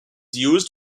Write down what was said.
used